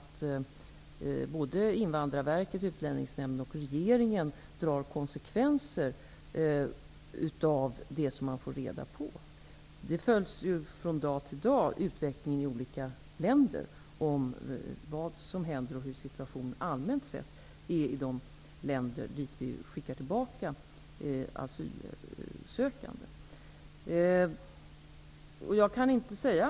Invandrarverket, Utlänningsnämnden och regeringen drar självfallet också konsekvenser av det man får reda på. Utvecklingen av vad som händer i olika länder följs dag för dag. Man följer hur situationen allmänt sett är i de länder dit vi skickar tillbaka asylsökande.